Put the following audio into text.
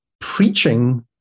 preaching